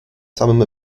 samym